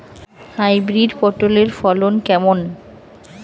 Hybrid পটলের ফলন কেমন?